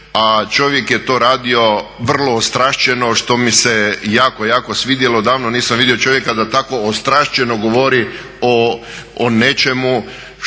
a čovjek je to radio vrlo ostrašćeno što mi se jako, jako svidjelo. Davno nisam vidio čovjeka da tako ostrašćeno govori o nečemu što